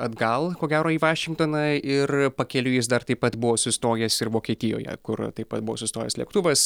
atgal ko gero į vašingtoną ir pakeliui jis dar taip pat buvo sustojęs ir vokietijoje kur taip pat buvo sustojęs lėktuvas